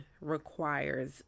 requires